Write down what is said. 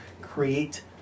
create